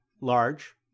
Large